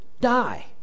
die